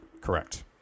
correct